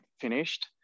finished